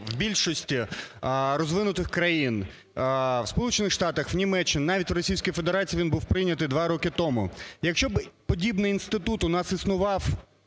в більшості розвинутих країн: в Сполучених Штатах, в Німеччині, навіть в Російській Федерації він був прийнятий два роки тому. Якщо б подібний інститут у нас існував